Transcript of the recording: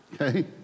okay